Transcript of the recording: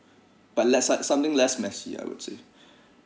but less some something less messy I would say